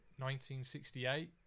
1968